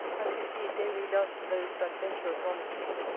as we see it daily doth those that venture upon the sea,